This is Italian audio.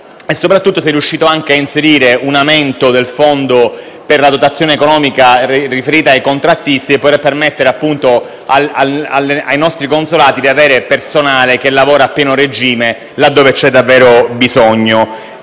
Soprattutto, si è riusciti a inserire un aumento della dotazione economica riferita ai contrattisti per permettere ai nostri Consolati di avere personale che lavora a pieno regime laddove c'è davvero bisogno.